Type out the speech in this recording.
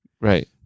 Right